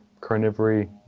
carnivory